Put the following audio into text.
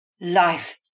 Life